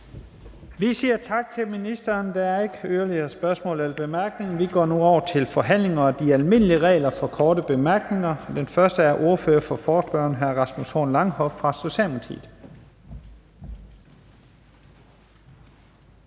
Vi siger tak til ministeren. Der er ikke yderligere korte bemærkninger. Vi går nu over til forhandlingen og de almindelige regler for korte bemærkninger. Den første er ordføreren for forespørgerne, hr. Rasmus Horn Langhoff fra Socialdemokratiet.